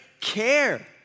Care